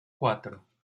cuatro